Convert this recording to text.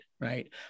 right